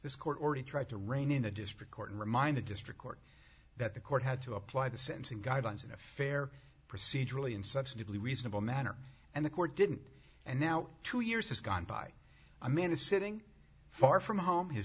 this court already tried to rein in the district court and remind the district court that the court had to apply the sentencing guidelines in a fair procedurally and subsequently reasonable manner and the court didn't and now two years has gone by a man is sitting far from home his